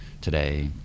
today